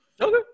Okay